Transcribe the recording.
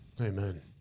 amen